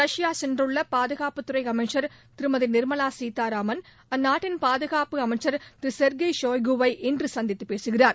Russia சென்றுள்ள பாதுகாப்புத் துறை அமைச்சர் திருமதி நிர்மலா சீதாராமன் அந்நாட்டின் பாதுகாப்பு அமைச்சர் திரு செர்ஜி சோய்கு வை இன்று சந்தித்துப் பேசுகிறார்